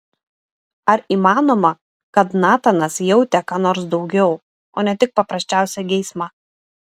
ar įmanoma kad natanas jautė ką nors daugiau o ne tik paprasčiausią geismą